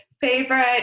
Favorite